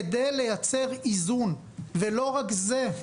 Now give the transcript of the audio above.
כדי לייצר איזון; ולא רק זה,